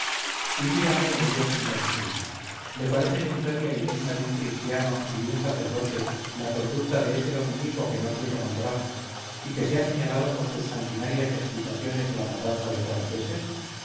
y dígame el buen niño jesús le parece meritoria y digna de un cristiano y de un sacerdote la conducta de ese dominico que no quiero nombrar y que se ha señalado por sus sanguinarias excitaciones a la matanza de franceses